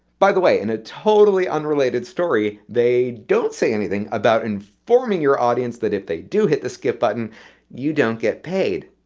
by the way, in a totally unrelated story, they don't say anything about informing your audience that if they do hit the skip button you don't get paid.